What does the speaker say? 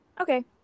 Okay